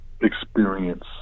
experience